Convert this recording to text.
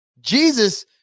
Jesus